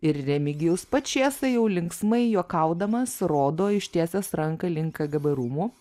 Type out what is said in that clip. ir remigijus pačėsa jau linksmai juokaudamas rodo ištiesęs ranką link kgb rūmų